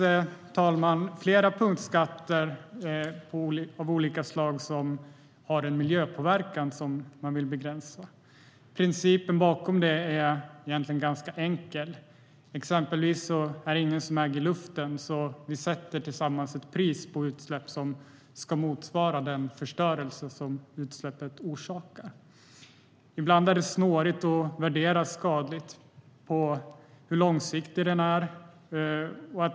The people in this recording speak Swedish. Det finns flera punktskatter av olika slag som är till för att begränsa en miljöpåverkan. Principen bakom detta är egentligen ganska enkel. Exempelvis är det ingen som äger luften, så vi sätter tillsammans ett pris på utsläpp, och priset ska motsvara den förstörelse utsläppet orsakar. Ibland är det snårigt att värdera skadan och hur långsiktig den är.